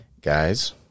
guys